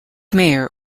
mayor